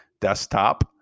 Desktop